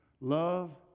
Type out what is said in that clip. love